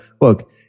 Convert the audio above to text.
look